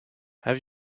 have